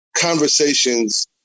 conversations